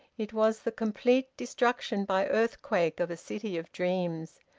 it was the complete destruction by earthquake of a city of dreams.